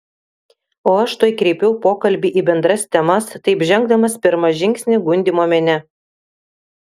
o aš tuoj kreipiau pokalbį į bendras temas taip žengdamas pirmą žingsnį gundymo mene